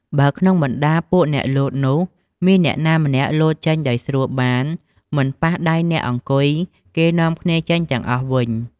បើក្នុងបណ្តាពួកអ្នកលោតនោះ មានអ្នកណាម្នាក់លោតចេញដោយស្រួលបាន មិនប៉ះដៃអ្នកអង្គុយ គេនាំគ្នាចេញទាំងអស់វិញ ។